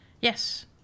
yes